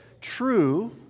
true